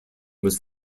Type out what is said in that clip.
was